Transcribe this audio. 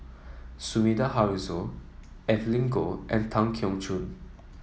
Sumida Haruzo Evelyn Goh and Tan Keong Choon